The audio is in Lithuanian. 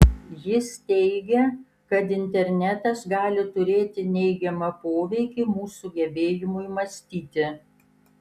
jis teigia kad internetas gali turėti neigiamą poveikį mūsų gebėjimui mąstyti